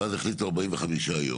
ואז החליטו 45 יום.